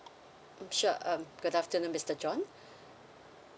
mm sure um good afternoon mister john